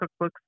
cookbooks